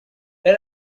here